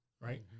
right